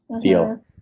feel